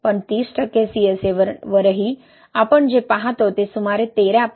पण 30 टक्के CSA वरही आपण जे पाहतो ते सुमारे 13 pH